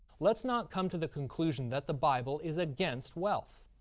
let's not come to the conclusion that the bible is against wealth.